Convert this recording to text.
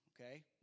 okay